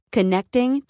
Connecting